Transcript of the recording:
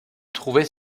trouvait